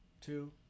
two